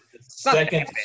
Second